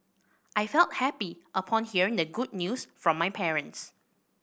I felt happy upon hearing the good news from my parents